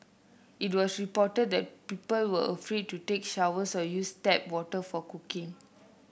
it was reported that people were afraid to take showers or use tap water for cooking